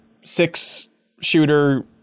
six-shooter